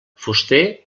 fuster